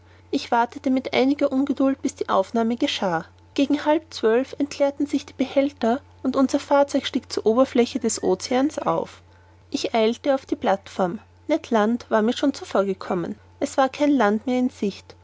ich wartete mit einiger ungeduld bis die aufnahme geschah gegen halb zwölf entleerten sich die behälter und unser fahrzeug stieg zur oberfläche des oceans auf ich eilte auf die plateform ned land war mir schon zuvor gekommen es war kein land mehr in sicht